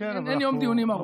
אין יום דיונים ארוך.